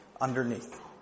underneath